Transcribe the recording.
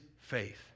faith